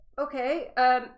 okay